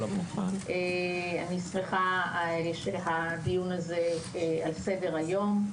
אני שמחה על כך שהדיון הזה נמצא בסדר היום.